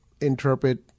interpret